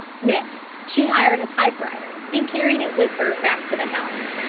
next she hired a typewriter and carried it with her back to the house.